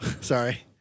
Sorry